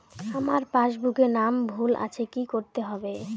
আমার পাসবুকে নাম ভুল আছে কি করতে হবে?